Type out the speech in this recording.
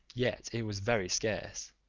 yet it was very scarce,